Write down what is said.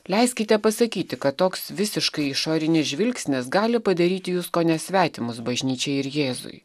leiskite pasakyti kad toks visiškai išorinis žvilgsnis gali padaryti jus kone svetimus bažnyčiai ir jėzui